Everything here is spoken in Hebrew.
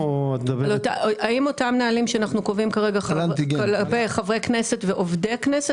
האם אותם נהלים שאנחנו קובעים לגבי חברי כנסת ועובדי כנסת,